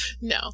no